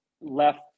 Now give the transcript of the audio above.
left